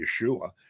Yeshua